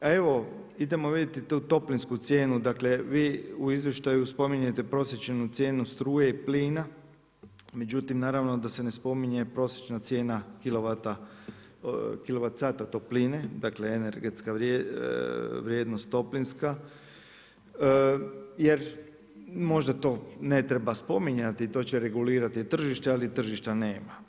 A evo, idemo vidjeti tu toplinsku cijenu, dakle vi u izvještaju spominjete prosječnu cijenu struje i plina, međutim naravno da se ne spominje prosječna cijena kilovat sata topline energetska vrijednost toplinska jer možda to ne treba spominjati, to će regulirati tržište, ali tržišta nema.